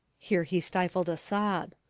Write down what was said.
here he stifled a sob.